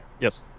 yes